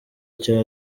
cya